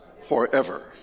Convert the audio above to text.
forever